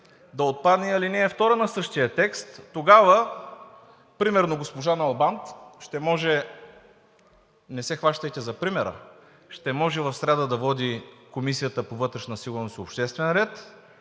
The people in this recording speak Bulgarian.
да отпадне ал. 2 на същия текст. Тогава например госпожа Налбант (реплики) ще може, не се хващайте за примера, ще може в сряда да води Комисията по вътрешна сигурност и обществен ред,